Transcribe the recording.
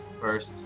first